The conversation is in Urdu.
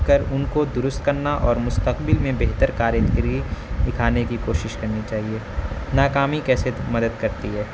کر ان کو درست کرنا اور مستقبل میں بہتر کارکردگی دکھانے کی کوشش کرنی چاہیے ناکامی کیسے مدد کرتی ہے